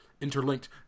interlinked